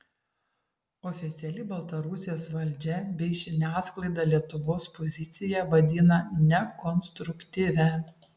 oficiali baltarusijos valdžia bei žiniasklaida lietuvos poziciją vadina nekonstruktyvia